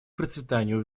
процветанию